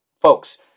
Folks